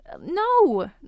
No